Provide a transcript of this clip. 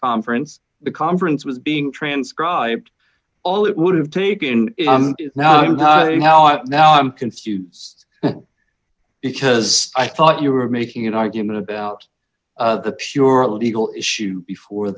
conference the conference was being transcribed all it would have taken now i don't know how it now i'm confused because i thought you were making an argument about the pure a legal issue before